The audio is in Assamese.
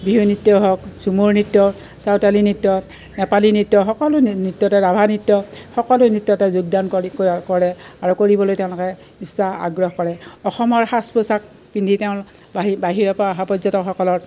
বিহু নৃত্য হওক ঝুমুৰ নৃত্য চাউতালী নৃত্য নেপালী নৃত্য সকলো নৃত্যতে ৰাভা নৃত্য সকলো নৃত্যতে যোগদান কৰি ক কৰে আৰু কৰিবলৈ তেওঁলোকে ইচ্ছা আগ্ৰহ কৰে অসমৰ সাজ পোচাক পিন্ধি তেওঁ বা বাহিৰৰ পৰা অহা পৰ্যটকসকলৰ